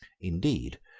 indeed,